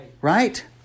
right